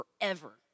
forever